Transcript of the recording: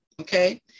okay